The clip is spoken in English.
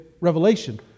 Revelation